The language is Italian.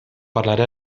parlare